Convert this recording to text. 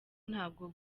ntabwo